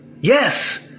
Yes